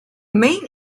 main